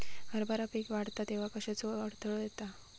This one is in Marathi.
हरभरा पीक वाढता तेव्हा कश्याचो अडथलो येता?